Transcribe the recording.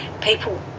people